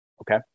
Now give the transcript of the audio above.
Okay